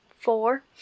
Four